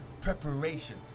preparation